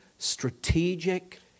strategic